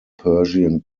persian